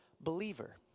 believer